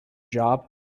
job